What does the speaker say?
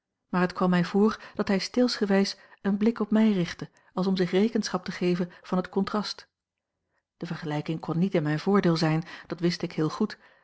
maar het kwam mij voor dat hij steelsgewijs een blik op mij richtte als om zich rekenschap te geven van het contrast de vergelijking kon niet in mijn voordeel zijn dat wist ik heel goed